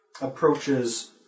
approaches